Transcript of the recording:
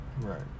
Right